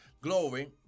glory